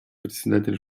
председатель